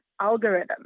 algorithm